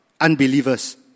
unbelievers